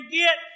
get